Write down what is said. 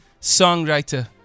songwriter